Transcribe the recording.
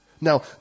Now